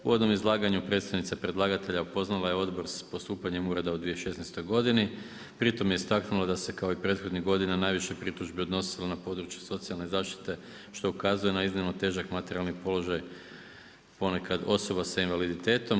U uvodnom izlaganju predstojnica predlagatelja upoznala je odbor sa postupanjem ureda u 2016. godini, pri tome je istaknula da se kao i prethodnih godina najviše pritužbi odnosilo na području socijalne zaštite što ukazuje na iznimno težak materijalni položaj, ponekad osoba sa invaliditetom.